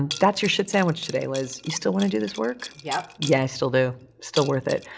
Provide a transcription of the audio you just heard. that's your shit sandwich today, liz. you still wanna do this work? yup. yeah, i still do. still worth it.